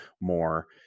more